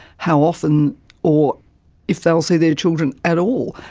how often or if they will see their children at all.